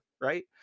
Right